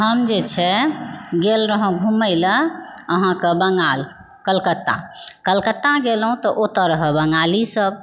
हम जे छै गेल रहहुँ घुमयलऽअहाँके बङ्गाल कलकत्ता कलकत्ता गेलहुँ तऽ ओतए रहय बङ्गालीसभ